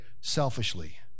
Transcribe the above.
selfishly